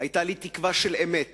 היתה לי תקווה של אמת